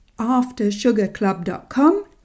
aftersugarclub.com